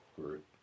group